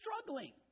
struggling